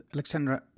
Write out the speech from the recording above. Alexandra